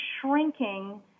shrinking